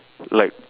like